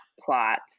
plot –